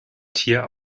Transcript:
tier